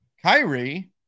Kyrie